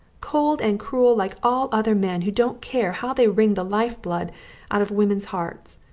cold and cruel like all other men who don't care how they wring the life-blood out of women's hearts,